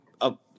up